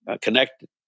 connected